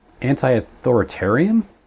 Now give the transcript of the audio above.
anti-authoritarian